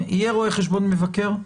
יהיה רואה חשבון מבקר.